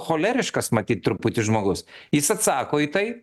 choleriškas matyt truputį žmogus jis atsako į tai